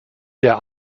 der